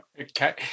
Okay